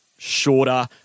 shorter